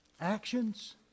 actions